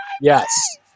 Yes